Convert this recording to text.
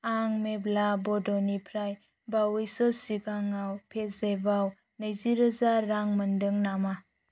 आं मेब्ला बड'निफ्राय बावैसो सिगाङव पेजएपआव नैजिरोजा रां मोनदों नामा